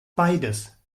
beides